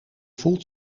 voelt